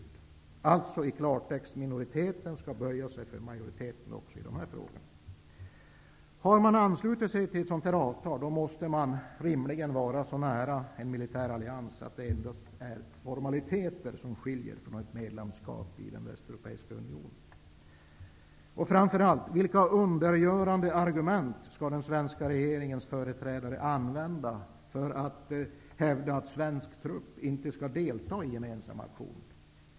Det betyder alltså i klartext att minoriteten skall böja sig för majoriteten också i dessa frågor. Om man har anslutit sig till ett sådant avtal, måste man rimligen vara så nära en militär allians att det endast är formaliteter som skiljer från ett medlemskap i Västeuropeiska unionen. Jag vill framför allt fråga följande: Vilka undergörande argument skall den svenska regeringens företrädare använda för att hävda att svensk trupp inte skall delta i gemensamma aktioner?